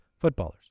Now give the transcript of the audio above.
footballers